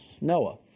Noah